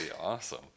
awesome